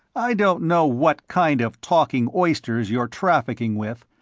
i don't know what kind of talking oysters you're trafficking with,